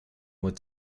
would